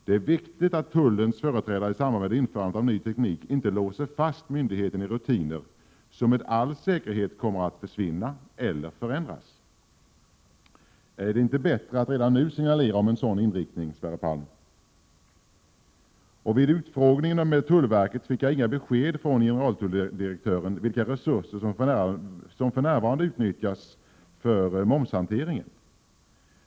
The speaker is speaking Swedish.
Det är viktigt att tullens företrädare i samband med införandet av ny teknik inte låser fast myndigheten i rutiner som med all säkerhet kommer att försvinna eller att förändras. Är det inte bättre att redan nu signalera en sådan inriktning, Sverre Palm? Vid utfrågningen av tullverket fick jag inga besked från generaltulldirektören om vilka resurser som för närvarande utnyttjas för momshanteringen.